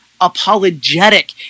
apologetic